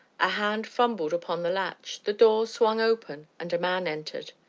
a hand fumbled upon the latch, the door swung open, and a man entered.